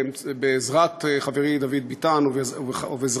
בעזרת חברי דוד ביטן ובעזרתי,